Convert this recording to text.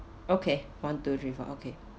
okay one two three four okay